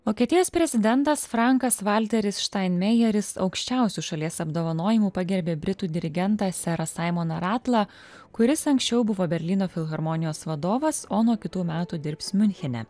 vokietijos prezidentas frankas valteris štainmejeris aukščiausiu šalies apdovanojimu pagerbė britų dirigentą serą saimoną ratlą kuris anksčiau buvo berlyno filharmonijos vadovas o nuo kitų metų dirbs miunchene